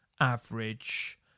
average